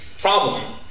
problem